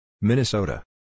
Minnesota